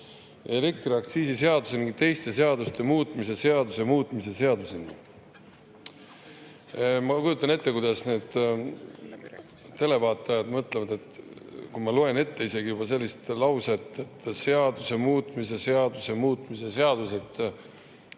elektriaktsiisi seaduse ning teiste seaduste muutmise seaduse muutmise seaduseni. Ma kujutan ette, mida nüüd televaatajad mõtlevad – kui ma loen ette sellise lause, et seaduse muutmise seaduse muutmise seadus,